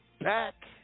back